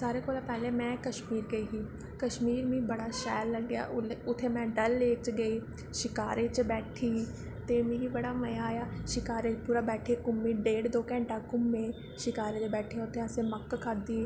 सारें कोला दा पैह्लें में कश्मीर गेई ही कश्मीर मिगी बड़ा शैल लग्गेआ उसलै उत्थें डल लेक च गेई शकारे च बैठी ते मिगी बड़ा मजा आया शकारे च पूरा बैठियै घूमे डेढ दो घैंटे घूमे शकारे च बैठे उत्थें असें मक्क खाद्धी